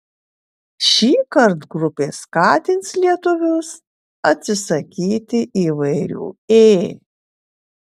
šįkart grupė skatins lietuvius atsisakyti įvairių ė